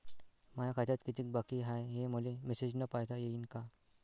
माया खात्यात कितीक बाकी हाय, हे मले मेसेजन पायता येईन का?